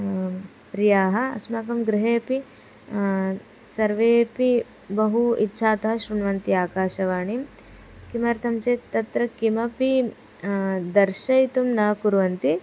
प्रियाः अस्माकं गृहेपि सर्वेपि बहु इच्छातः शृण्वन्ति आकाशवाणीं किमर्थं चेत् तत्र किमपि दर्शयितुं न कुर्वन्ति